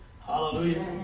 Hallelujah